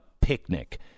picnic